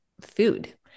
food